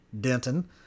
Denton